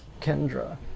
Kendra